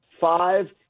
five